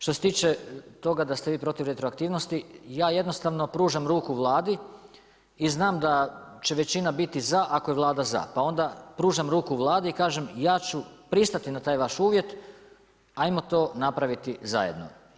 Što se tiče toga da ste vi protiv retroaktivnosti ja jednostavno pružam ruku Vladi i znam da će većina biti za ako je Vlada za, pa onda pružam ruku Vladi i kažem ja ću pristati na taj vaš uvjet, hajmo to napraviti zajedno.